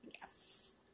Yes